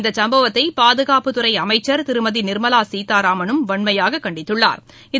இந்த சும்பவத்தை பாதுகாப்புத்துறை அமைச்சர் திருமதி நிா்மவா சீதாராமனும் வன்மையாக கண்டித்துள்ளாா்